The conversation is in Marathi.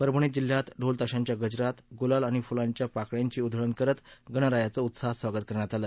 परभणी जिल्ह्यात ढोल ताशांच्या गजरात गुलाल आणि फुलांच्या पाकळ्यांची उधळण करत गणरायाचं उत्साहात स्वागत करण्यात आलं